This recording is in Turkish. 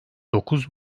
dokuz